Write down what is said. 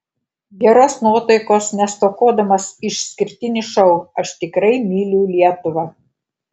geros nuotaikos nestokodamas išskirtinis šou aš tikrai myliu lietuvą